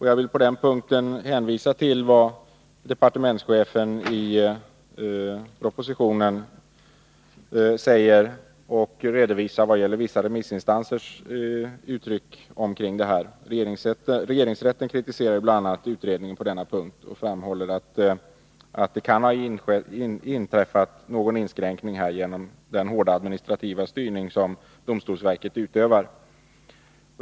Jag vill på den punkten hänvisa till vad departementschefen säger i propositionen och till där redovisade uttalanden från vissa remissinstanser. Bl. a. regeringsrätten kritiserar utredningen på denna punkt och framhåller att det kan ha inträffat någon inskränkning genom den hårda administrativa styrning som domstolsverket utövar.